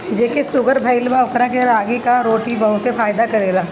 जेके शुगर भईल बा ओकरा के रागी कअ रोटी बहुते फायदा करेला